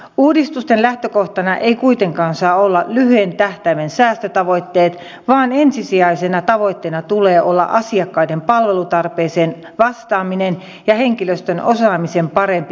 uudistusten lähtökohtana eivät kuitenkaan saa olla lyhyen tähtäimen säästötavoitteet vaan ensisijaisena tavoitteena tulee olla asiakkaiden palvelutarpeeseen vastaaminen ja henkilöstön osaamisen parempi hyödyntäminen